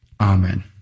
Amen